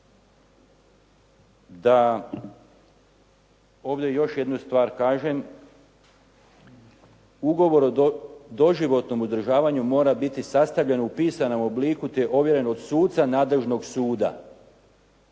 Da ovdje još jednu stvar kažem. Ugovor o doživotnom uzdržavanju mora biti sastavljen u pisanom obliku te ovjeren od suca nadležnog suda.